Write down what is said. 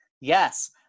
Yes